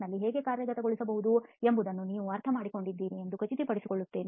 ನಲ್ಲಿ ಹೇಗೆ ಕಾರ್ಯಗತಗೊಳಿಸಬಹುದು ಎಂಬುದನ್ನು ನೀವು ಅರ್ಥಮಾಡಿಕೊಂಡಿದ್ದೀರಿ ಎಂದು ಖಚಿತಪಡಿಸಿಕೊಳ್ಳಬೇಕು